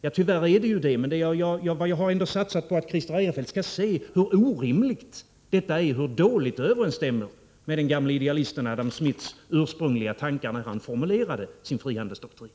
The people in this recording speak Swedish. Ja, tyvärr är det ju det, men jag har ändå satsat på att Christer Eirefelt skall se hur orimligt detta är och hur dåligt det överensstämmer med den gamle idealisten Adam Smiths ursprungliga tankar när han formulerade sin frihandelsdoktrin.